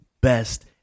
best